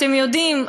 אתם יודעים,